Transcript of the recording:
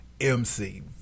MC